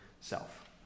self